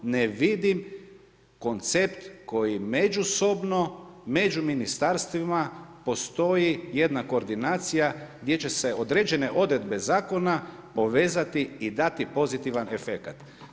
Ne vidim koncept koji međusobno među ministarstvima postoji jedna koordinacija gdje će se određene odredbe zakona povezati i dati pozitivan efekat.